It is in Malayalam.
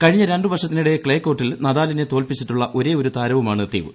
കഴിഞ്ഞ രണ്ട് വർഷത്തിനിടെ ക്ലേ കോർട്ടിൽ നദാലിനെ തോൽപ്പിച്ചിട്ടുള്ള ഒരേയൊരു താരവുമാണ് തീവ്